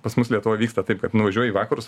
pas mus lietuvoj vyksta taip kad nuvažiuoji į vakarus